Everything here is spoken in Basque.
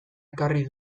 ekarri